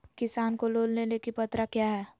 किसान को लोन लेने की पत्रा क्या है?